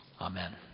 Amen